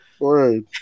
right